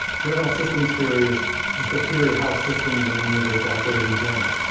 general systems theory is just a theory of how systems in the universe operate, in general.